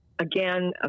Again